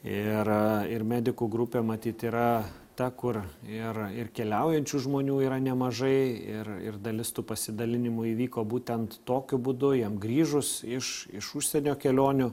ir ir medikų grupė matyt yra ta kur ir ir keliaujančių žmonių yra nemažai ir ir dalis tų pasidalinimų įvyko būtent tokiu būdu jiem grįžus iš iš užsienio kelionių